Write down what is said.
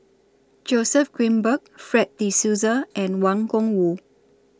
Joseph Grimberg Fred De Souza and Wang Gungwu